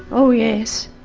oh yes.